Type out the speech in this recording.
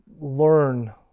learn